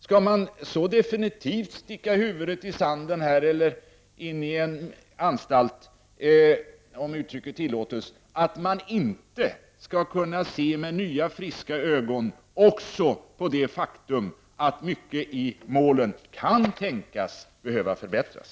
Skall man så definitivt sticka huvudet i sanden — eller in i en anstalt, om uttrycket tillåts — att man inte med nya friska ögon skall kunna se också på det faktum att mycket i målet kan tänkas behöva förbättras.